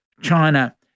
China